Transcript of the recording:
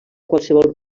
qualsevol